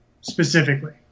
specifically